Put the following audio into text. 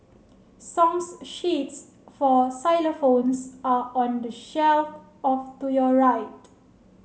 song sheets for xylophones are on the shelf of to your right